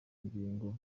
ngingo